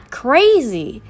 crazy